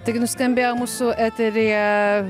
tai nuskambėjo mūsų eteryje